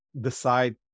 decide